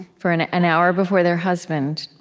for an an hour before their husband,